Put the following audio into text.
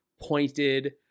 pointed